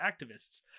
activists